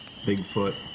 Bigfoot